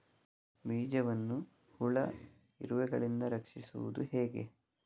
ಬೀಜವನ್ನು ಹುಳ, ಇರುವೆಗಳಿಂದ ರಕ್ಷಿಸುವುದು ಹೇಗೆ?